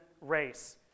race